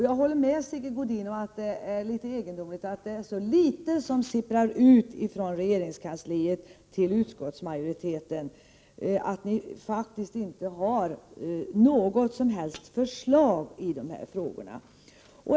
Jag håller med Sigge Godin om att det är litet egendomligt att så litet sipprar ut från regeringskansliet till utskottsmajoriteten och att ni faktiskt inte har något som helst förslag i de här frågorna.